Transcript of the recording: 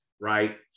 right